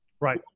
Right